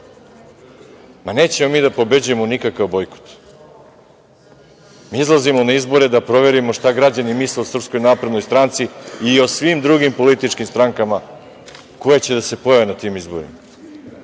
Ma, nećemo mi da pobeđujemo nikakav bojkot. Mi izlazimo na izbore da proverimo šta građani misle o SNS i o svim drugim političkim strankama koje će da se pojave na tim izborima.